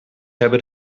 hebben